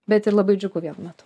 bet ir labai džiugu vienu metu